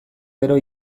gero